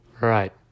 Right